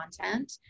content